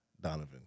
Donovan